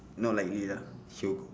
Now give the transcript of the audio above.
no likely ah she will go